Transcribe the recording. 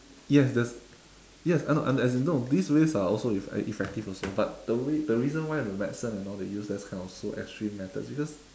yes there's yes I know no as in no these ways are also eff~ uh effective also but the way the reason why the medicine and all they use those kind of so extreme methods because